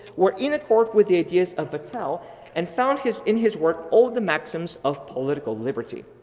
were in a court with the ideas of vattel and found his in his work all the maxims of political liberty.